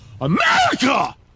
America